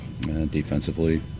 defensively